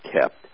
kept